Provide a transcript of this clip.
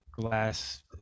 glass